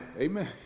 amen